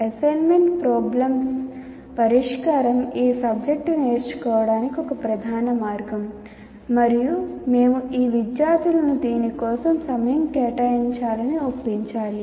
assignment problems పరిష్కారం ఈ subject నేర్చుకోవటానికి ఒక ప్రధాన మార్గం మరియు మేము ఈ విద్యార్థులను దీని కోసం సమయం కేటాయించాలని ఒప్పించాలి